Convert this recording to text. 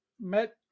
met